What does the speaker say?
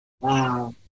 wow